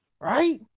right